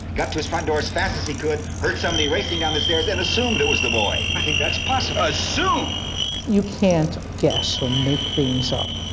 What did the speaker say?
got to his front door as fast as he could, hurt somebody racing down the stairs and assumed it was the boy. i think that's possible soon you can't guess or make things up.